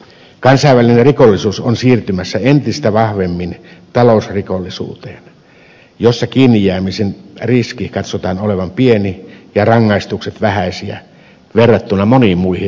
kansainvälinen rikollisuus on siirtymässä entistä vahvemmin talousrikollisuuteen jossa kiinnijäämisen riskin katsotaan olevan pieni ja rangaistusten vähäisiä verrattuna moniin muihin rikoksiin